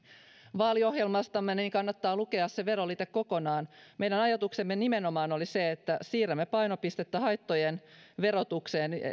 vaaliohjelmastamme niin kannattaa lukea se veroliite kokonaan meidän ajatuksemme nimenomaan oli se että siirrämme painopistettä haittojen verotukseen